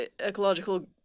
ecological